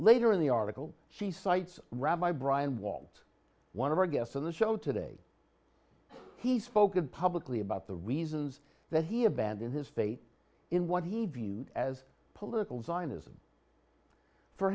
later in the article she cites rabbi brian wald one of our guests on the show today he's spoken publicly about the reasons that he abandoned his faith in what he viewed as political zionism for